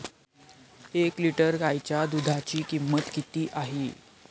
एक लिटर गाईच्या दुधाची किंमत किती आहे?